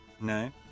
No